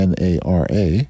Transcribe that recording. NARA